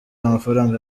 amafaranga